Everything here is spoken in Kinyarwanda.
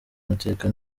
amateka